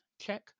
check